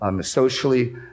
socially